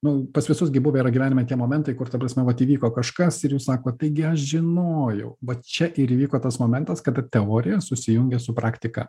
nu pas visus gi buvę yra gyvenime tie momentai kur ta prasme vat įvyko kažkas ir jūs sakot taigi aš žinojau vat čia ir įvyko tas momentas kada teorija susijungė su praktika